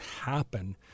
happen